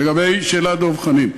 לגבי שאלת דב חנין,